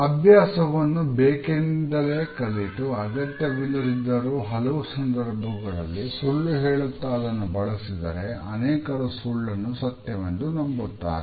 ಅಭ್ಯಾಸವನ್ನು ಬೇಕೆಂದಲೇ ಕಲಿತು ಅಗತ್ಯವಿಲ್ಲದಿದ್ದರೂ ಹಲವು ಸಂದರ್ಭಗಳಲ್ಲಿ ಸುಳ್ಳು ಹೇಳುತ್ತಾ ಇದನ್ನು ಬಳಸಿದರೆ ಅನೇಕರು ಸುಳ್ಳನ್ನು ಸತ್ಯವೆಂದು ನಂಬುತ್ತಾರೆ